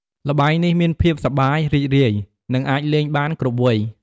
ល្បែងនេះមានភាពសប្បាយរីករាយ និងអាចលេងបានគ្រប់វ័យ។